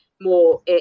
more